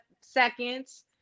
seconds